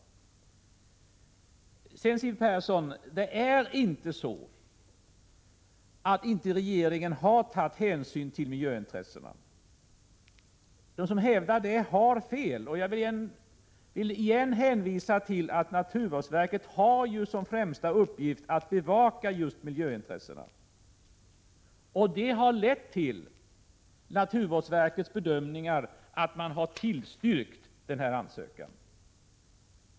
Det är inte så att regeringen underlåtit att ta hänsyn till miljöintressena, Siw Persson. Den som hävdar det har fel. Jag vill återigen hänvisa till att naturvårdsverket har som främsta uppgift att bevaka just miljöintressena. Naturvårdsverkets bedömningar har lett till att man har tillstyrkt denna ansökan.